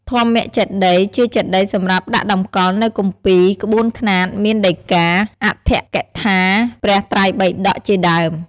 ធម្មចេតិយ ជាចេតិយសម្រាប់ដាក់តម្កល់នូវគម្ពីរក្បូនខ្នាតមានដីការ អដ្ឋកថា ព្រះត្រៃបិតក ជាដើម។